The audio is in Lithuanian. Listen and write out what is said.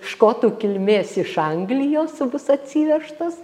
škotų kilmės iš anglijos bus atsivežtas